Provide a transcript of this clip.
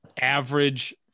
average –